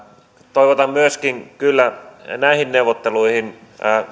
toivotan myöskin kyllä näihin neuvotteluihin